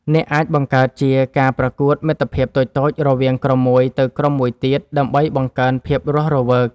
អ្នកអាចបង្កើតជាការប្រកួតមិត្តភាពតូចៗរវាងក្រុមមួយទៅក្រុមមួយទៀត ដើម្បីបង្កើនភាពរស់រវើក។